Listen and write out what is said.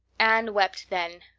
anne wept then,